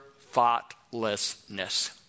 thoughtlessness